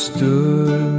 Stood